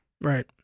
Right